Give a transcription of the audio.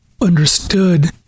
understood